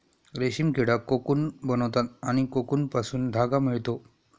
रेशीम किडा कोकून बनवतात आणि कोकूनपासून धागा मिळतो